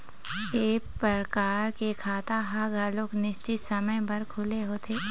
ए परकार के खाता ह घलोक निस्चित समे बर खुले होथे